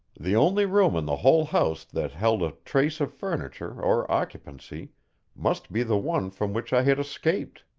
the only room in the whole house that held a trace of furniture or occupancy must be the one from which i had escaped.